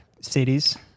cities